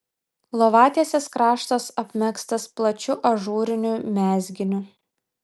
lovatiesės kraštas apmegztas plačiu ažūriniu mezginiu